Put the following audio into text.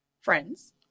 friends